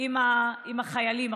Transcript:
עם החיילים.